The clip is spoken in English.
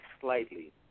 slightly